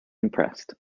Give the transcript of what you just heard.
impressed